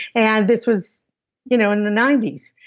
and this was you know in the ninety s.